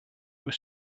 was